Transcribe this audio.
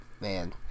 Man